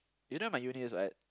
you know my Uni is at